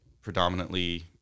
predominantly